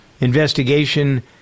investigation